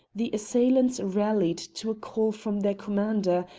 the assailants rallied to a call from their commander,